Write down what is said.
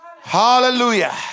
hallelujah